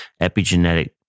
epigenetic